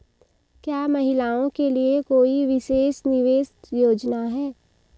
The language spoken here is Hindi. क्या महिलाओं के लिए कोई विशेष निवेश योजना है?